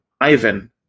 Ivan